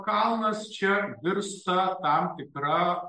kalnas čia virsta tam tikra